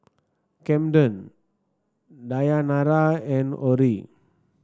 Kamden Dayanara and Orrie